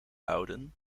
houden